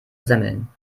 semmeln